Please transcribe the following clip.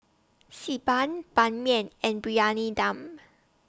Xi Ban Ban Mian and Briyani Dum